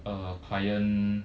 uh client